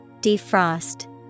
Defrost